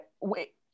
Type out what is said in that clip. wait